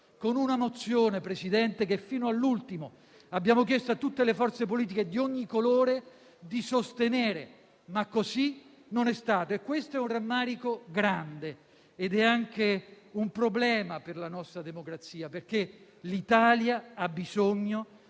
con una mozione, Presidente, che fino all'ultimo abbiamo chiesto a tutte le forze politiche, di ogni colore, di sostenere. Ma così non è stato, e questo è un rammarico grande, ed è anche un problema per la nostra democrazia. Perché l'Italia ha bisogno